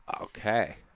Okay